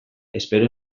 espero